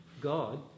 God